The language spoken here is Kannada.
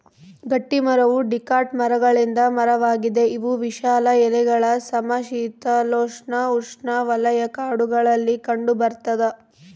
ಗಟ್ಟಿಮರವು ಡಿಕಾಟ್ ಮರಗಳಿಂದ ಮರವಾಗಿದೆ ಇವು ವಿಶಾಲ ಎಲೆಗಳ ಸಮಶೀತೋಷ್ಣಉಷ್ಣವಲಯ ಕಾಡುಗಳಲ್ಲಿ ಕಂಡುಬರ್ತದ